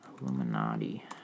Illuminati